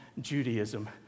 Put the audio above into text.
Judaism